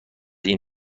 این